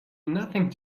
nothing